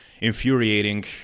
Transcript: infuriating